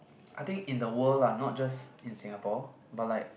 I think in the world lah not just in Singapore but like